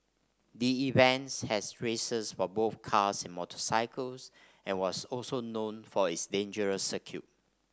the event had races for both cars and motorcycles and was also known for its dangerous circuit